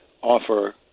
offer